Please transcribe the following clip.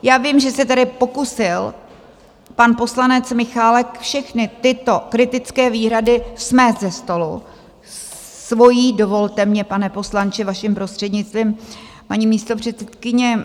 Já vím, že se tady pokusil pan poslanec Michálek všechny tyto kritické výhrady smést ze stolu svou dovolte mně, pane poslanče, vaším prostřednictvím, paní místopředsedkyně...